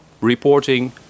reporting